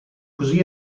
così